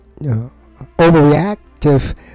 overreactive